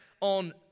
on